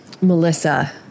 Melissa